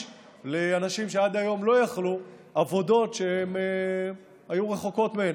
לאנשים שעד היום לא יכלו עבודות שהיו רחוקות מהם.